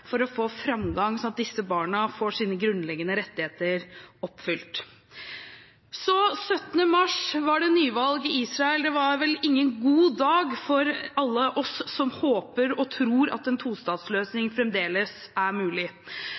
for å få framgang, slik at disse barna får sine grunnleggende rettigheter oppfylt. Den 17. mars var det nyvalg i Israel. Det var vel ingen god dag for alle oss som håper og tror at en tostatsløsning fremdeles er mulig.